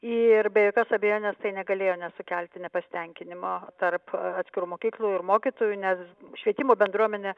ir be jokios abejonės tai negalėjo nesukelti nepasitenkinimo tarp atskirų mokyklų ir mokytojų nes švietimo bendruomenė